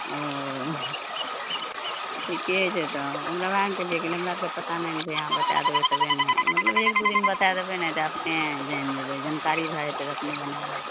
ओ ठीके छै तऽ हम वहए ने कहलियै कि हमरा आरके पता नहि ने छै अहाँ बता देबै तबे ने मतलब एक दू दिन बता देबै ने तऽ अपने जानि जेबै जानकारी भए जेतै तऽ अपने बनाए लेबै